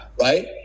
Right